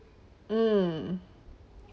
um